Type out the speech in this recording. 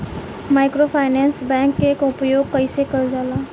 Microfinance bank के उपयोग कइसे कइल जाला?